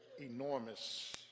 enormous